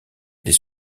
des